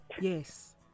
yes